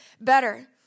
better